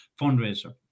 fundraiser